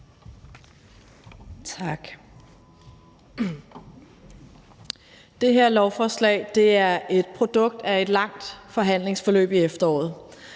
Tak.